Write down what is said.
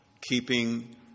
keeping